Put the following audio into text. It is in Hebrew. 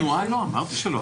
--- אמרתי שלא.